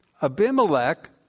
Abimelech